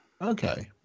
Okay